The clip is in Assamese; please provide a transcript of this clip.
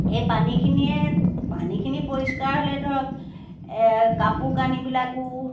এই পানীখিনিয়ে পানীখিনি পৰিষ্কাৰ হ'লে ধৰক কাপোৰ কানিবিলাকো